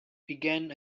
began